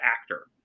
Actor